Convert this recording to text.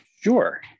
Sure